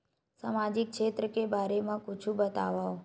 सामाजिक क्षेत्र के बारे मा कुछु बतावव?